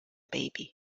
baby